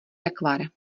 rakvar